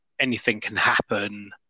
anything-can-happen